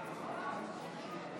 היושב-ראש,